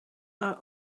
are